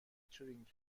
چرینگ